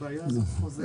הבעיה הזאת חוזרת.